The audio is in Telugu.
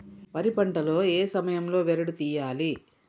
వరి పంట లో ఏ సమయం లో బెరడు లు తియ్యాలి?